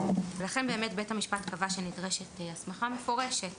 ולכן באמת בית המשפט קבע שנדרשת הסמכה מפורשת